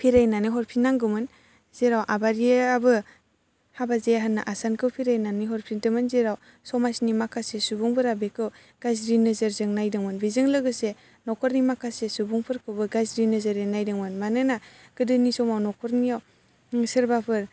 फिरायनानै हरफिननांगौमोन जेराव आबारियाबो हाबा जाया होन्ना आसानखौ फिरायनानै हरफिनदोंमोन जेराव समाजनि माखासे सुबुंफोरा बिखौ गाज्रि नोजोरजों नायदोंमोन बेजों लोगोसे न'खरनि माखासे सुबुंफोरखौबो गाज्रि नोजोरै नायदोंमोन मानोना गोदोनि समाव न'खरनियाव सोरबाफोर